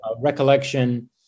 recollection